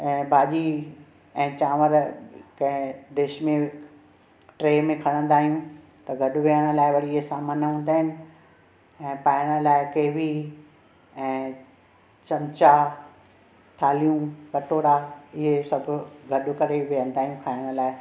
ऐं भाॼी ऐं चांवर कहिं डिश में ट्रे में खणंदा आहियूं त गॾु विहणु लाइ वरी इहे सामान हूंदा आहिनि ऐं पाइणु लाइ केवी ऐं चमचा थालियूं कटोरा इहे सभु गॾु करे वेहंदा आहियूं खाइणु लाइ